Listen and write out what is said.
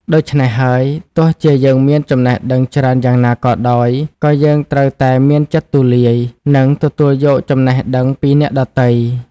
ដូច្នេះហើយ ទោះជាយើងមានចំណេះដឹងច្រើនយ៉ាងណាក៏ដោយ ក៏យើងត្រូវតែមានចិត្តទូលាយ និងទទួលយកចំណេះដឹងពីអ្នកដទៃ។